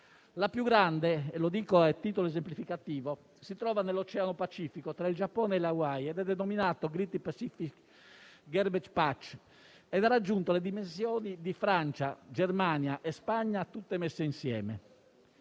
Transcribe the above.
La più grande - lo dico a titolo esemplificativo - si trova nell'oceano Pacifico tra il Giappone e le Hawaii; è denominato *great pacific garbage patch* ed ha raggiunto le dimensioni di Francia, Germania e Spagna messe insieme.